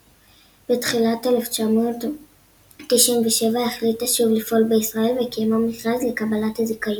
בתחילת 1997 החליטה שוב לפעול בישראל וקיימה מכרז לקבלת הזיכיון.